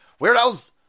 weirdos